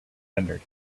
entered